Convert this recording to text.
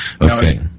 Okay